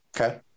Okay